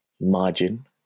margin